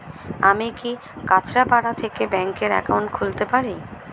আমি কি কাছরাপাড়া থেকে ব্যাংকের একাউন্ট খুলতে পারি?